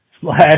slash